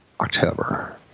October